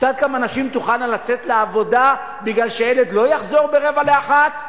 את יודעת כמה נשים תוכלנה לצאת לעבודה מפני שהילד לא יחזור ב-12:45,